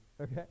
Okay